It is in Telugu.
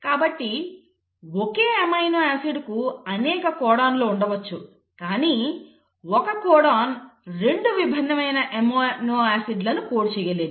కాబట్టి ఓకే అమైనో ఆసిడ్ కు అనేక కోడాన్లు ఉండవచ్చు కానీ ఒక్క కోడాన్ రెండు విభిన్నఅమైనో ఆసిడ్ లను కోడ్ చెయ్యలేదు